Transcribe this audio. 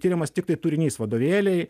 tiriamas tiktai turinys vadovėliai